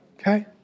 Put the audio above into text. Okay